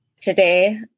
Today